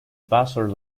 password